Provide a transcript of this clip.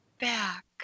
back